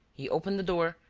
he opened the door,